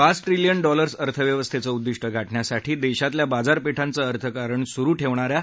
पाच trillion dollars अर्थव्यवस्थेचं उद्दिष्ट गाठण्यासाठी देशातल्या बाजारपेठांचं अर्थकारण सुरु ठेवणाऱ्या